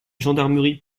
gendarmerie